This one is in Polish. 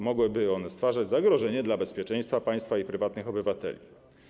Mogłyby one stwarzać zagrożenie dla bezpieczeństwa państwa i prywatnych obywateli”